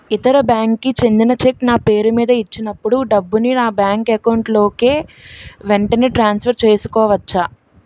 ఇతర బ్యాంక్ కి చెందిన చెక్ నా పేరుమీద ఇచ్చినప్పుడు డబ్బుని నా బ్యాంక్ అకౌంట్ లోక్ వెంటనే ట్రాన్సఫర్ చేసుకోవచ్చా?